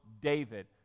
David